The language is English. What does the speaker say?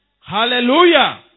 Hallelujah